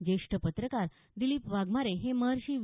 ज्येष्ठ पत्रकार दिलीप वाघमारे हे महर्षी वि